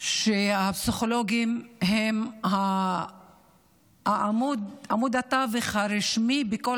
שהפסיכולוגים הם עמוד התווך הרשמי בכל